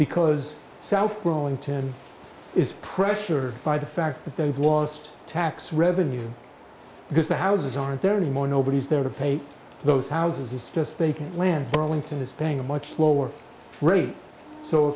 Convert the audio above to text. because south burlington is pressure by the fact that they've lost tax revenue because the houses aren't there anymore nobody's there to pay those houses it's just vacant land burlington is paying a much lower rate so